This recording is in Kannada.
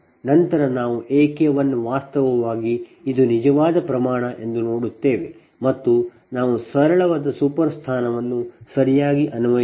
ನಂತರ ನಾವು A K1 ವಾಸ್ತವವಾಗಿ ಇದು ನಿಜವಾದ ಪ್ರಮಾಣ ಎಂದು ನೋಡುತ್ತೇವೆ ಮತ್ತು ನಾವು ಸರಳವಾದ ಸೂಪರ್ ಸ್ಥಾನವನ್ನು ಸರಿಯಾಗಿ ಅನ್ವಯಿಸುತ್ತೇವೆ